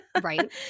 Right